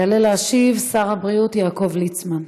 יעלה להשיב שר הבריאות יעקב ליצמן.